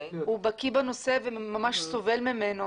הוא בקיא בנושא וממש סובל ממנו.